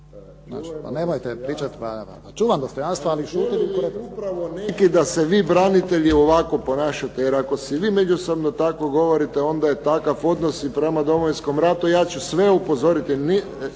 Ma nemojte pričati. Čuvam dostojanstvo ali šutim.